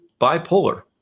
bipolar